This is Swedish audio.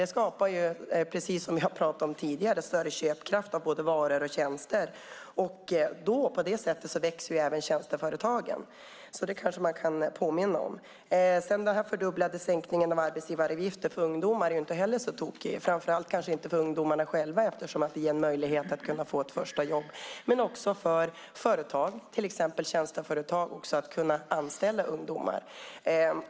Det skapar, precis som vi har talat om tidigare, större köpkraft för varor och tjänster. På det sättet växer även tjänsteföretagen. Det kanske man kan påminna om. Den fördubblade sänkningen av arbetsgivaravgiften för ungdomar är inte heller så tokig. Framför allt kanske inte för ungdomarna själva eftersom det ger en möjlighet att få ett första jobb men också för till exempel tjänsteföretag att kunna anställa ungdomar.